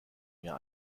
mir